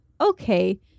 Okay